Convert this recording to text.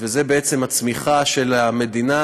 וזו בעצם הצמיחה של המדינה,